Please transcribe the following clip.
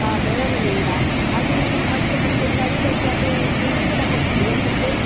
ಆ ಬೆವರಿನಿಂದ ಅದು ಮತ್ತು ನಮಗೆ ಶರೀರಕ್ಕೆ ಅದು ಇದೂ ಕೂಡ ಕೊಡ್ತದೆ ಏನಂದರೆ